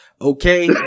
Okay